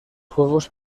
juegos